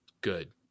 good